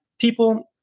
people